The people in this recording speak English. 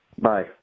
Bye